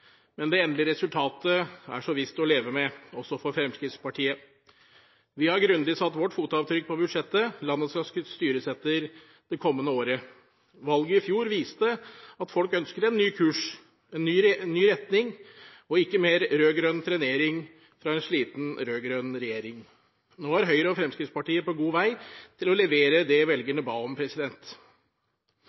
men det endelige resultatet er så visst til å leve med også for Fremskrittspartiet. Vi har grundig satt vårt fotavtrykk på budsjettet landet skal styres etter det kommende året. Valget i fjor viste at folk ønsker en ny kurs, en ny retning, og ikke mer rød-grønn trenering fra en sliten rød-grønn regjering. Nå er Høyre og Fremskrittspartiet på god vei til å levere det velgerne ba om.